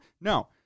No